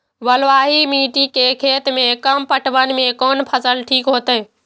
बलवाही मिट्टी के खेत में कम पटवन में कोन फसल ठीक होते?